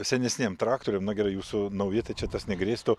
senesniem traktoriam na gerai jūsų nauji tai čia tas negrėstų